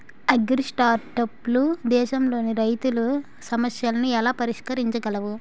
అగ్రిస్టార్టప్లు దేశంలోని రైతుల సమస్యలను ఎలా పరిష్కరించగలవు?